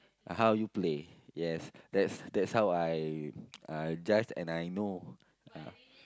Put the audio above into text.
how you play yes that's that's how I uh judge and I know